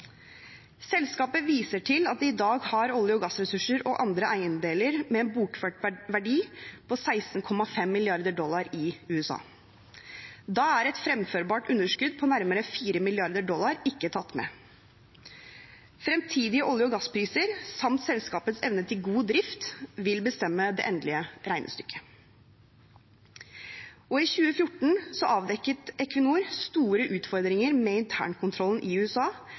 Selskapet viser til at det i dag har olje- og gassressurser og andre eiendeler med en bokført verdi på 16,5 mrd. dollar i USA. Da er et fremførbart underskudd på nærmere 4 mrd. dollar ikke tatt med. Fremtidige olje- og gasspriser samt selskapets evne til god drift vil bestemme det endelige regnestykket. I 2014 avdekket Equinor store utfordringer med internkontrollen i USA,